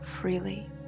freely